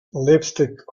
lipstick